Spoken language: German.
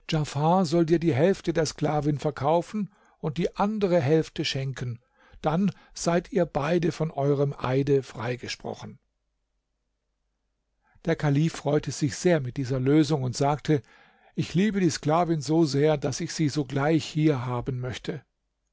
soll dir die hälfte der sklavin verkaufen und die andere hälfte schenken dann seid ihr beide von eurem eide freigesprochen der kalif freute sich sehr mit dieser lösung und sagte ich liebe die sklavin so sehr daß ich sie sogleich hier haben möchte